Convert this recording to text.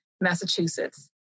Massachusetts